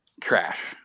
trash